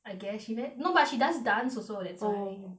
I guess she meant no but she does dance also that's why oh